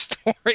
story